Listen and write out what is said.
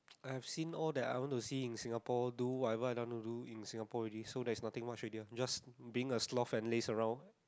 I have seen all that I want to see in Singapore do whatever I want to do in Singapore already so there's nothing much already just being a sloth and laze around